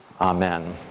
Amen